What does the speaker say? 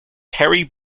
harry